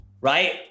right